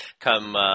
come